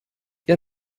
ihr